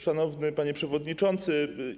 Szanowny Panie Przewodniczący!